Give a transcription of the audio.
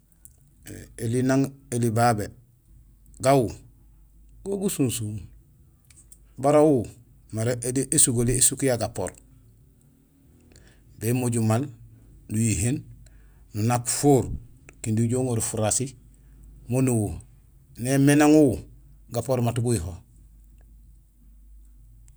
Ēli nang éli babé; gawu go gusunsum. Bara uwu; mara éli ésugoli ésuk ya gapoor; bémojul maal, nuyihéén, nunak fuur kindi ujool uŋorul furasi moon uwu. Yo yéémé nang uwu gapoor maat guyuho.